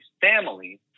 family